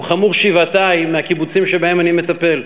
חמור שבעתיים מבקיבוצים שבהם אני מטפל.